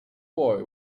boy